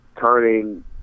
turning